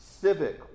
civic